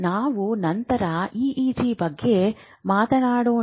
ನಾವು ನಂತರ ಇಇಜಿ ಬಗ್ಗೆ ಮಾತನಾಡೋಣ